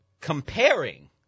comparing